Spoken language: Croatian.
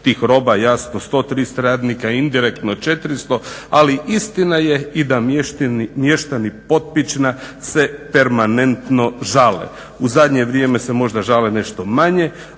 tih roba jasno, 130 radnika, indirektno 400, ali istina je i da mještani Potpična se permanentno žale. U zadnje vrijeme se možda žale nešto manje,